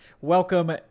welcome